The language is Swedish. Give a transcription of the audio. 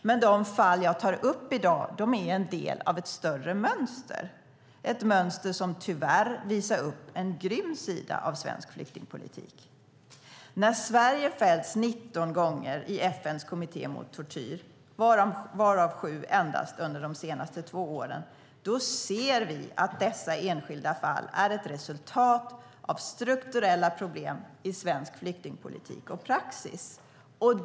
Men de fall jag i dag tar upp är en del av ett större mönster - ett mönster som tyvärr visar upp en grym sida av svensk flyktingpolitik. Då Sverige i FN:s kommitté mot tortyr fällts 19 gånger - av vilka 7 under de senaste två åren - ser vi att dessa enskilda fall är ett resultat av strukturella problem i svensk flyktingpolitik och praxis.